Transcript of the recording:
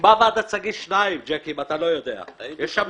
הוקמה ועדת סגיס 2, אם אתה לא יודע, ג'קי.